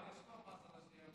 אבל יש כבר מס על השתייה היוקרתית.